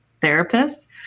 therapists